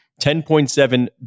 $10.7